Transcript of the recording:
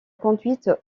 conduite